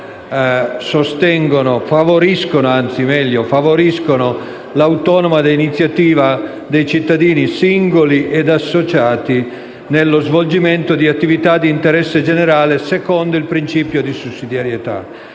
favoriscono l'autonoma iniziativa dei cittadini singoli e associati, per lo svolgimento di attività di interesse generale, secondo il principio di sussidiarietà.